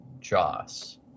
Joss